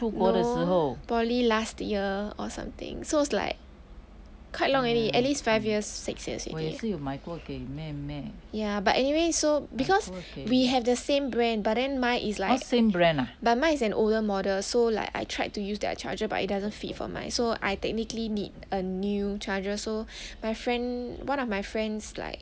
no poly last year or something so it's like quite long already at least five years six years already eh ya but anyway so because we have the same brand but mine is like but mine is an older model so like I tried to use their charger but it doesn't fit for mine so I technically need a new charger so my friend one of my friends like